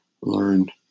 learn